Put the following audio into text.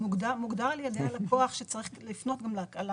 ומוגדר על-ידי הלקוח שצריך לפנות לקהל